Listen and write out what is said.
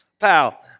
pal